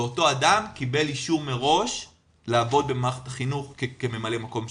ואותו אדם קיבל אישור מראש לעבוד במערכת החינוך כממלא מקום שעתי.